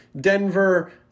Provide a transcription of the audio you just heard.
Denver